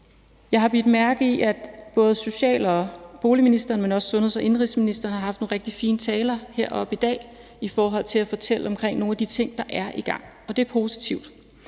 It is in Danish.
Jeg har bidt mærke i, at både social- og boligministeren, men også indenrigs- og sundhedsministeren har holdt nogle rigtig fine taler heroppe i dag i forhold til at fortælle om nogle af de ting, der er i gang. Det er positivt,